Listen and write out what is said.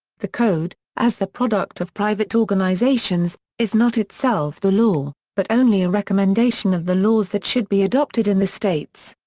the code, as the product of private organizations is not itself the law, but only a recommendation of the laws that should be adopted in the states.